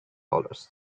dollars